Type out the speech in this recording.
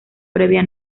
previa